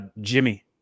Jimmy